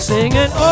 Singing